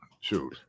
Shoot